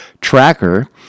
tracker